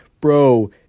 bro